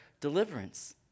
deliverance